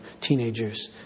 teenagers